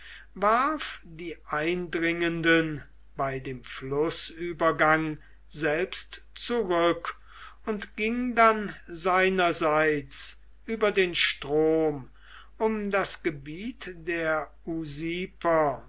warf die eindringenden bei dem flußübergang selbst zurück und ging dann seinerseits über den strom um das gebiet der